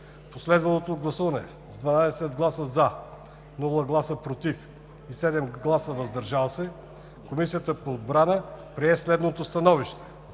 последвалото гласуване с 12 гласа „за“, без „против“ и 7 гласа „въздържал се“ Комисията по отбрана прие следното становище: